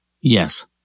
Yes